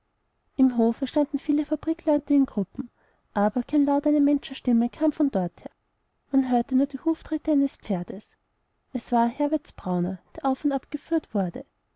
im hofe standen viele der fabrikleute in gruppen aber kein laut einer menschenstimme kam von dorther man hörte nur die huftritte eines pferdes es war herberts brauner der auf und ab geführt wurde